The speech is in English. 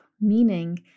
meaning